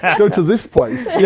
and go to this place, here,